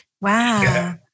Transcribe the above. Wow